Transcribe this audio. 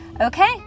Okay